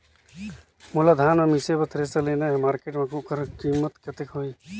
मोला धान मिसे बर थ्रेसर लेना हे मार्केट मां होकर कीमत कतेक होही?